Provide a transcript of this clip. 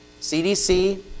cdc